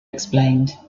explained